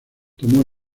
tomó